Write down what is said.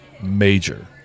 major